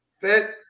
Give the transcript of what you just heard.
fit